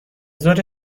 ظهر